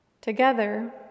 Together